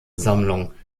sammlung